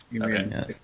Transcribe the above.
Okay